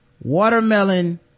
Watermelon